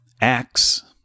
Acts